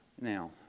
Now